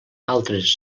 altres